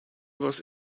was